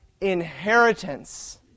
inheritance